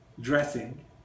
Dressing